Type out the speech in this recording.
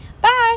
Bye